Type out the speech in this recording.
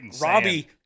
Robbie